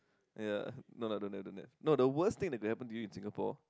ya no lah don't have don't have no the worst thing that can happen to you in Singapore